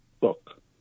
book